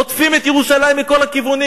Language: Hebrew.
עוטפים את ירושלים מכל הכיוונים.